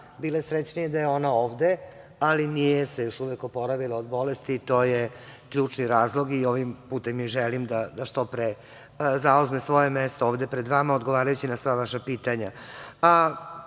bile srećnije da je ona ovde, ali nije se još uvek oporavila od bolesti i to je ključni razlog. Ovim putem joj želim da što pre zauzme svoje mesto ovde pred vama, odgovarajući na sva vaša pitanja. Postoji